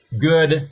good